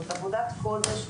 זאת עבודת קודש,